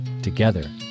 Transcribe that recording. together